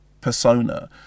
persona